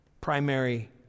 Primary